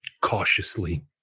cautiously